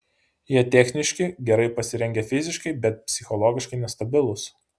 jie techniški gerai pasirengę fiziškai bet psichologiškai nestabilūs